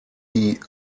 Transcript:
die